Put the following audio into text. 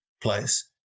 place